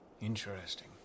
Interesting